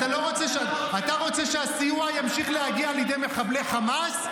אתה רוצה שהסיוע ימשיך להגיע לידי מחבלי חמאס?